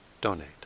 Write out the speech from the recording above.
donate